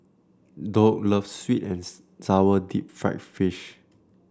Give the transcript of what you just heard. Doug loves sweet and sour Deep Fried Fish